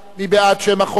מי בעד שם החוק?